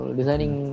Designing